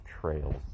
trails